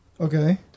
Okay